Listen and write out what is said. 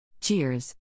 Cheers